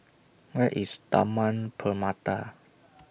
Where IS Taman Permata